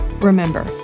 remember